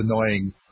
annoying